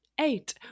eight